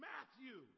Matthew